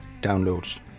Downloads